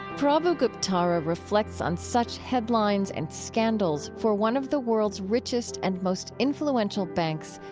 prabhu guptara reflects on such headlines and scandals for one of the world's richest and most influential banks,